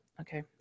Okay